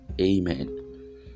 Amen